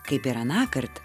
kaip ir anąkart